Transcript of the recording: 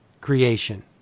creation